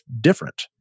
different